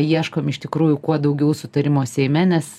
ieškom iš tikrųjų kuo daugiau sutarimo seime nes